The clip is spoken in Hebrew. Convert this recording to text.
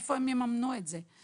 מאיפה הם יממנו את זה?